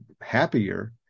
happier